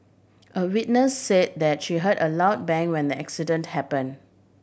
a witness say that she heard a loud bang when the accident happen